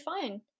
fine